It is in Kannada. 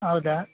ಔದ